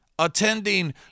attending